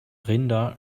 rinder